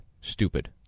stupid